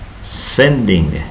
sending